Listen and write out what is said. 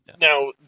now